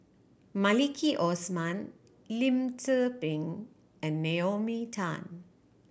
Maliki Osman Lim Tze Peng and Naomi Tan